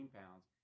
pounds